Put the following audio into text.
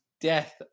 death